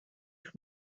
from